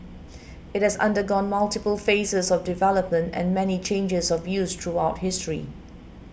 it has undergone multiple phases of development and many changes of use throughout history